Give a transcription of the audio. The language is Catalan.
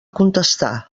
contestar